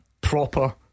Proper